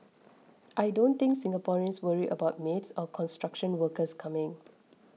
I don't think Singaporeans worry about maids or construction workers coming